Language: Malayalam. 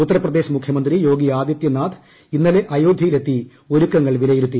ഉത്തർപ്രദേശ് മുഖ്യമന്ത്രി യോഗി ആദിത്യനാഥ് ഇന്നലെ അയോധ്യയിലെത്തി ഒരുക്കങ്ങൾ വിലയിരുത്തി